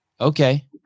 Okay